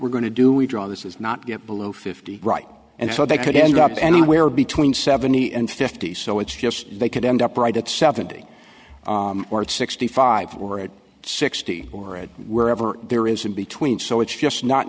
we're going to do we draw this is not get below fifty right and so they could end up anywhere between seventy and fifty so it's just they could end up right at seventy or sixty five or sixty or at wherever there is in between so it's just not